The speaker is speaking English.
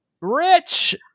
rich